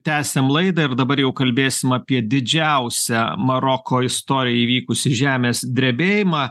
tęsiam laidą ir dabar jau kalbėsim apie didžiausią maroko istorijai įvykusį žemės drebėjimą